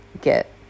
get